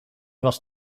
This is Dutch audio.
was